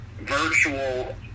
Virtual